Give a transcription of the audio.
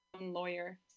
lawyer